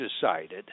decided